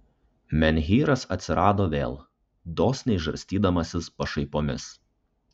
menhyras atsirado vėl dosniai žarstydamasis pašaipomis